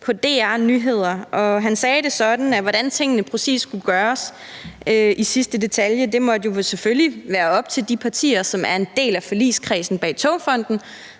på DR Nyheder, og han sagde det sådan, at det, med hensyn til hvordan tingene præcis skulle gøres ned i de sidste detaljer, jo selvfølgelig måtte være op til de partier, som er en del af forligskredsen bag Togfonden